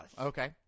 Okay